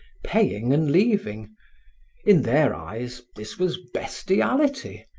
paying and leaving in their eyes, this was bestiality,